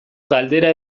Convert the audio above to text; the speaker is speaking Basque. galdera